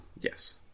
Yes